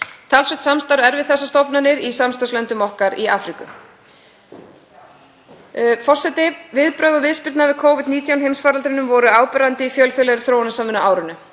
Talsvert samstarf er við þessar stofnanir í samstarfslöndum okkar í Afríku. Forseti. Viðbrögð og viðspyrna við Covid-19 heimsfaraldrinum voru áberandi í fjölþjóðlegri þróunarsamvinnu á árinu.